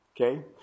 okay